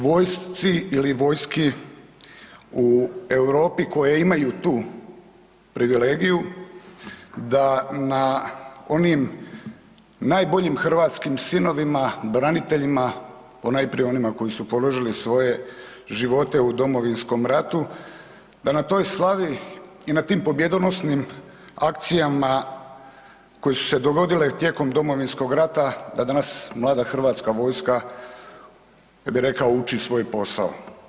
Malo je vojsci ili vojski u Europi koje imaju tu privilegiju da na onim najboljim hrvatskim sinovima, braniteljima, ponajprije onima koji su položili živote u Domovinskom ratu, da na toj slavi i na tim pobjedonosnim akcijama koje su se dogodile tijekom Domovinskog rata da danas mlada hrvatska vojska, ja bih rekao uči svoj posao.